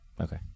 Okay